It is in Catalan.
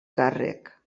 càrrec